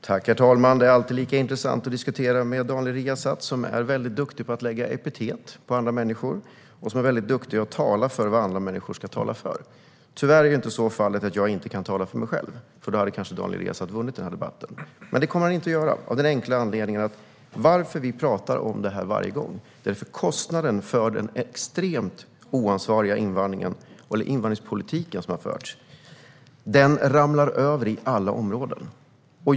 Herr talman! Det är alltid lika intressant att diskutera med Daniel Riazat, som är duktig på att sätta epitet på andra människor och på att tala om för andra människor vad de ska tala om. Tack och lov är inte fallet att jag inte kan tala för mig själv, för då hade kanske Daniel Riazat vunnit den här debatten. Men det kommer han inte att göra, och det är av den enkla anledningen att vi talar om det här varje gång för att kostnaden för den extremt oansvariga invandringspolitik som har förts ramlar över i alla områden.